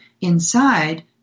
inside